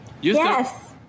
Yes